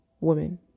women